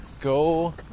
Go